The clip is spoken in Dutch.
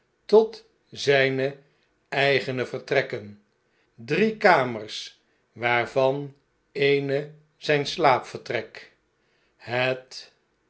tot zjjne eigene vertrekken drie kamers waarvan eene zj'n slaapvertrek het